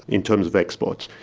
in terms of exports.